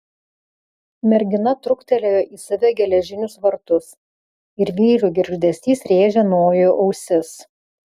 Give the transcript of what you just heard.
mergina truktelėjo į save geležinius vartus ir vyrių girgždesys rėžė nojui ausis